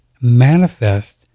manifest